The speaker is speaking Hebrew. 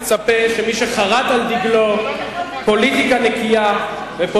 על דגלו פוליטיקה נקייה התוכנית המדינית של הממשלה,